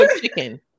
chicken